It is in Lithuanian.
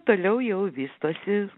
toliau jau vystosi